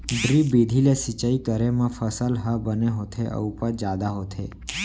drip बिधि ले सिंचई करे म फसल ह बने होथे अउ उपज जादा होथे